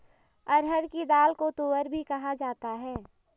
अरहर की दाल को तूअर भी कहा जाता है